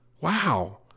Wow